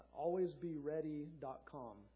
alwaysbeready.com